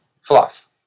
fluff